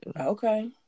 okay